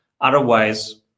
Otherwise